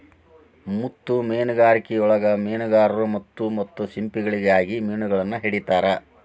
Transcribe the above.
ಮುತ್ತು ಮೇನುಗಾರಿಕೆಯೊಳಗ ಮೇನುಗಾರರು ಮುತ್ತು ಮತ್ತ ಸಿಂಪಿಗಳಿಗಾಗಿ ಮಿನುಗಳನ್ನ ಹಿಡಿತಾರ